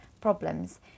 problems